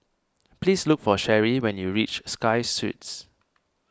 please look for Sherie when you reach Sky Suites